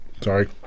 Sorry